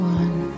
one